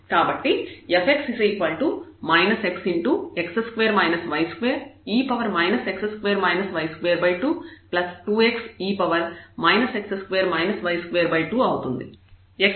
కాబట్టి fx xx2 y2e x2 y222xe x2 y22 అవుతుంది